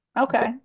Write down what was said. Okay